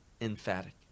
emphatic